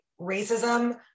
racism